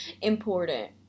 important